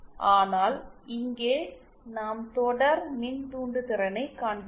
ஆனால் இங்கே நாம் தொடர் மின்தூண்டுத்திறனை காண்கிறோம்